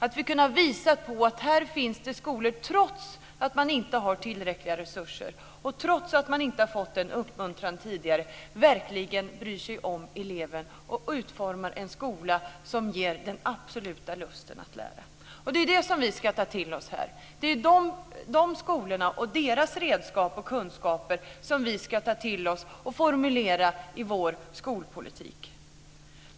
Vi har kunnat visa på att det finns skolor som trots att man inte har tillräckliga resurser, och trots att man tidigare inte har fått någon uppmuntran, verkligen bryr sig om eleven och utformar en skola som ger den absoluta lusten att lära. Det ska vi ta till oss här. Det är de skolorna och deras redskap och kunskaper som vi ska ta till oss och formulera till vår skolpolitik.